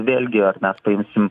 vėlgi ar mes paimsim